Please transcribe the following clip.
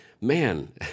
man